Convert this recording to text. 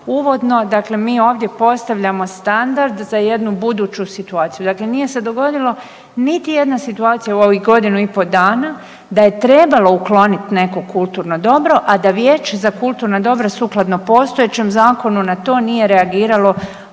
uvodno, dakle mi ovdje postavljamo standard za jednu buduću situaciju, dakle nije se dogodilo niti jedna situacija u ovih godinu i po dana da je trebalo ukloniti neko kulturno dobro, a da vijeće za kulturna dobra sukladno postojećem zakonu na to nije reagiralo u